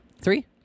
three